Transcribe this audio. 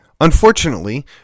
Unfortunately